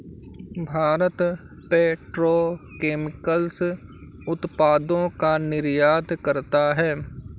Bharat petrochemicals उत्पादों का निर्यात करता है